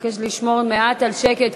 מבקשת לשמור על שקט.